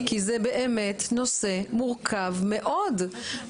כי זה באמת נושא מורכב מאוד.